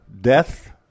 death